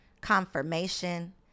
confirmation